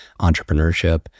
entrepreneurship